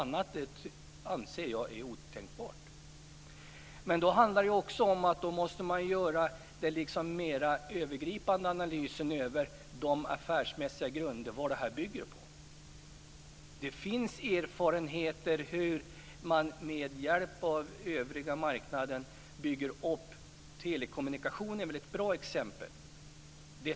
Något annat är otänkbart. Men då handlar det om att göra en mer övergripande analys över vad de affärsmässiga grunderna bygger på. Det finns erfarenheter av hur den övriga marknaden byggs upp - telekommunikation är ett bra exempel.